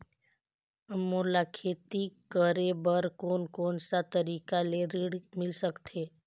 मोला खेती करे बर कोन कोन सा तरीका ले ऋण मिल सकथे?